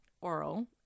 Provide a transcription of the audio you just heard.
oral